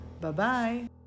Bye-bye